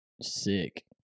Sick